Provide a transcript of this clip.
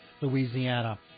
Louisiana